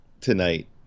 tonight